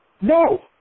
No